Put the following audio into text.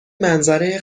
منظره